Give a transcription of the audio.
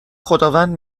خداوند